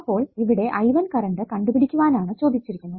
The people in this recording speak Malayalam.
അപ്പോൾ ഇവിടെ I1 കറണ്ട് കണ്ടുപിടിക്കുവാനാണ് ചോദിച്ചിരിക്കുന്നത്